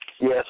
Yes